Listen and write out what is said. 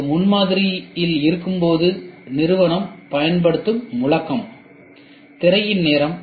அது முன்மாதிரியில் இருக்கும்போது நிறுவனம் பயன்படுத்தும் முழக்கம்